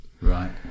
Right